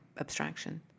abstraction